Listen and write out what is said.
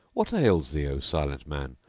what ails thee, o silent man?